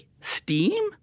Steam